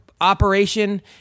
operation